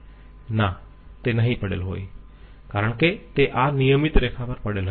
ના તે નહીં પડેલ હોય કારણ કે તે આ નિયમિત રેખા પર પડેલ હશે